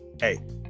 hey